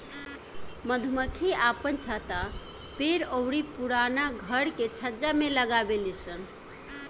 मधुमक्खी आपन छत्ता पेड़ अउरी पुराना घर के छज्जा में लगावे लिसन